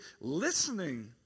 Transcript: listening